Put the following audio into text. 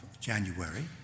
January